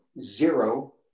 zero